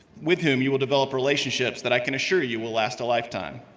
with whom you will develop relationships that i can assure you will last a lifetime.